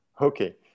Okay